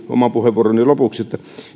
oman puheenvuoroni lopuksi